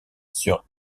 sur